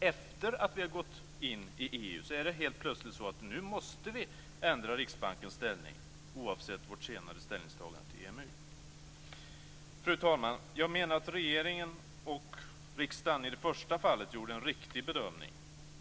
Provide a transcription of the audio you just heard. Efter att vi gått in i EU är det helt plötsligt så att vi nu måste ändra Riksbankens ställning oavsett vårt senare ställningstagande till EMU. Fru talman! Jag menar att regeringen och riksdagen i det första fallet gjorde en riktig bedömning.